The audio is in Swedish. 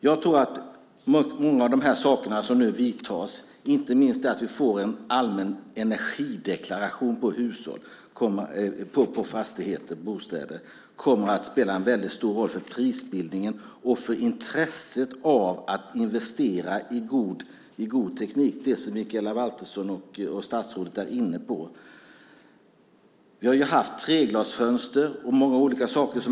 Jag tror att många av de åtgärder som nu vidtas, inte minst att vi får en allmän energideklaration på fastigheter och bostäder, kommer att spela en väldigt stor roll för prisbildningen och för intresset av att investera i god teknik, det som Mikaela Valtersson och statsrådet är inne på. Man har kunnat investera i treglasfönster och många andra saker.